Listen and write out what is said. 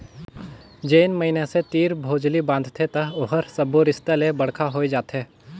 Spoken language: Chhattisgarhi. जेन मइनसे तीर भोजली बदथे त ओहर सब्बो रिस्ता ले बड़का होए जाथे